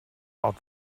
out